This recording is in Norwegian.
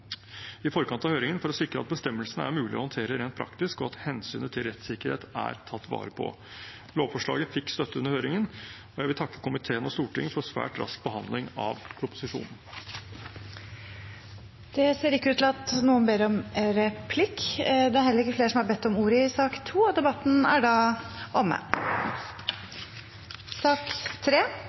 i forkant av høringen for å sikre at bestemmelsene er mulige å håndtere rent praktisk, og at hensynet til rettssikkerhet er tatt vare på. Lovforslaget fikk støtte under høringen. Jeg vil takke komiteen og Stortinget for en svært rask behandling av proposisjonen. Flere har ikke bedt om ordet til sak nr. 2 Etter ønske fra kommunal- og forvaltningskomiteen vil presidenten ordne debatten slik: 3 minutter til hver partigruppe og